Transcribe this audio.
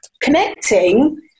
connecting